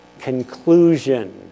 conclusion